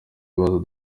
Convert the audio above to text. ibibazo